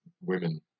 women